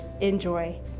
Enjoy